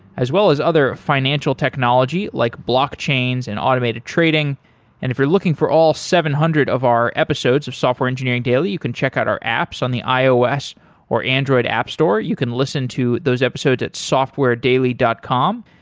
as well as other financial technology like block chains and automated trading and if you're looking for all seven hundred of our episodes of software engineering daily, you can check out our apps on the ios or android app store you can listen to those episodes at softwaredaily dot com.